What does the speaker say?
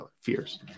fears